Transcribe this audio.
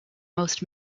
most